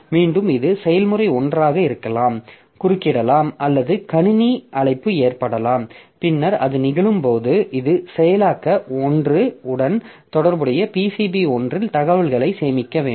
மீண்டும் இது செயல்முறை 1 ஆக இருக்கலாம் குறுக்கிடலாம் அல்லது கணினி அழைப்பு ஏற்படலாம் பின்னர் அது நிகழும்போது இது செயலாக்க 1 உடன் தொடர்புடைய PCB1 இல் தகவல்களைச் சேமிக்க வேண்டும்